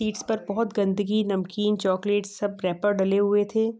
seats पर बहुत गंदगी नमकीन चॉकलेट्स सब रैपर डाले हुए थे